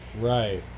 Right